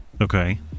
Okay